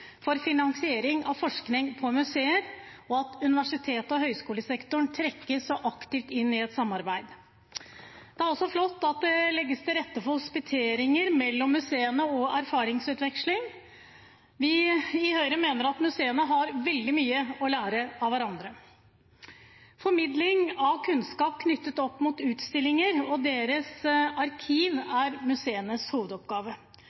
for finansiering av forskning på museer, og at universitets- og høyskolesektoren trekkes så aktivt inn i et samarbeid. Det er også flott at det legges til rette for hospiteringer mellom museene og for erfaringsutveksling. Vi i Høyre mener at museene har veldig mye å lære av hverandre. Formidling av kunnskap knyttet opp mot utstillinger og deres arkiv er museenes hovedoppgave.